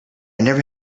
never